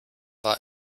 war